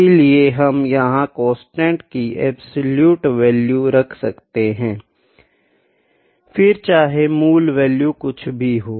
इसलिए हम यहाँ कांस्टेंट की अब्सोलुटे वैल्यू रख सकते है फिर चाहे मूल वैल्यू कुछ भी हो